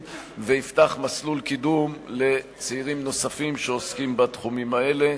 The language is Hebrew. ויפתח מסלול קידום לצעירים נוספים שעוסקים בתחומים האלה.